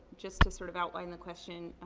just to sort of outline the question.